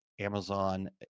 amazon